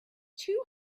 two